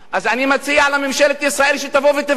אז אני מציע לממשלת ישראל שתבוא ותבקר